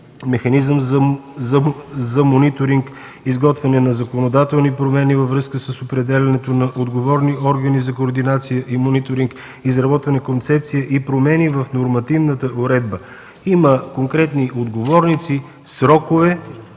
механизъм за мониторинг, изготвяне на законодателни промени във връзка с определянето на отговорни органи за координация и мониторинг, изработване на концепция и промени в нормативната уредба. Има конкретни отговорници, срокове,